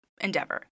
endeavor